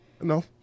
No